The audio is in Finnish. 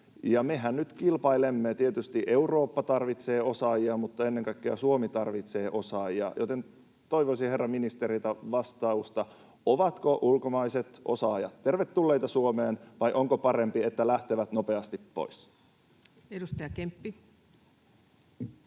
mehän nyt kilpailemme: tietysti Eurooppa tarvitsee osaajia, mutta ennen kaikkea Suomi tarvitsee osaajia. Toivoisin herra ministeriltä vastausta: ovatko ulkomaiset osaajat tervetulleita Suomeen vai onko parempi, että lähtevät nopeasti pois? [Speech